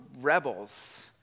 rebels